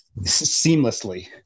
seamlessly